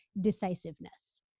decisiveness